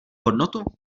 hodnotu